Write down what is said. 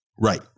Right